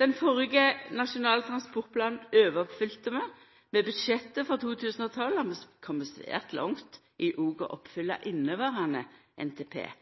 Den førre Nasjonal transportplan overoppfylte vi. Med budsjettet for 2012 har vi kome svært langt i å oppfylla inneverande NTP.